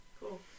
cool